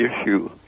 issue